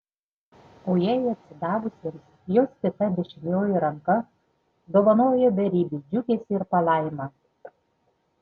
o jai atsidavusiems jos kita dešinioji ranka dovanoja beribį džiugesį ir palaimą